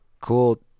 Cool